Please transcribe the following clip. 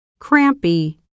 crampy 、